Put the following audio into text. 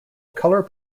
colour